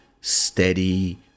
steady